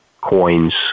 coins